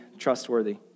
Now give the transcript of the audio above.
trustworthy